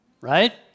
right